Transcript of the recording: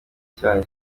cyanyu